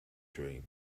dream